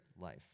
life